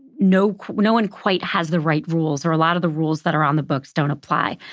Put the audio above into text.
no no one quite has the right rules or a lot of the rules that are on the books don't apply.